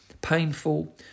painful